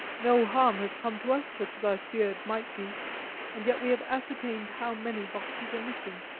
no harm has come to us such as i feared might be and yet we have ascertained how many boxes are missing.